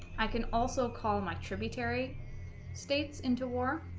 i can also call my tributary states into war